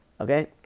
okay